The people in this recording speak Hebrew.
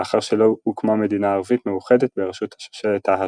לאחר שלא הוקמה מדינה ערבית מאוחדת בראשות השושלת ההאשמית.